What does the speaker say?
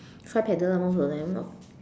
five petals ah most of them